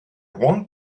want